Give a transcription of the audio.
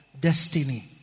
destiny